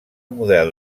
model